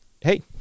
hey